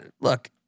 Look